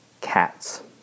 cats